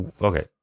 Okay